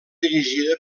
dirigida